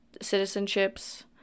citizenships